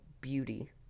beauty